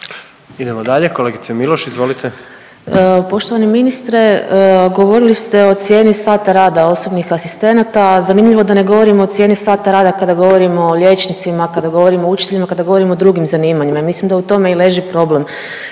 Idemo dalje. Kolegice Miloš, izvolite. **Miloš, Jelena (Možemo!)** Poštovani ministre, govorili ste o cijeni sata rada osobnih asistenata. Zanimljivo da ne govorimo o cijeni sata rada kad govorimo o liječnicima, kada govorimo o učiteljima, kada govorimo o drugim zanimanjima i mislim da u tome i leži problem.